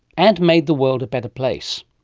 and made the world a better place.